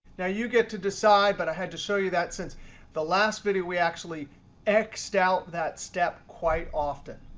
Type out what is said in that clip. now you get to decide. but i had to show you that since the last video, we actually xed out that step quite often.